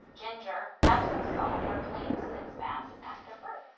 ginger, epsom salt, or plain sitz baths after birth?